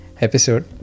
episode